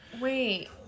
Wait